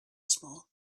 small